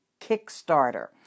Kickstarter